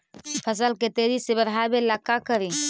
फसल के तेजी से बढ़ाबे ला का करि?